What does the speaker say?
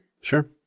Sure